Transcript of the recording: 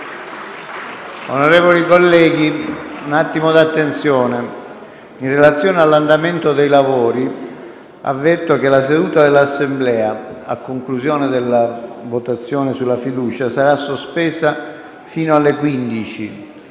Onorevoli colleghi, in relazione all'andamento dei lavori, avverto che la seduta dell'Assemblea, a conclusione della votazione sulla fiducia, sarà sospesa fino alle ore